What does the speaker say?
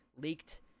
leaked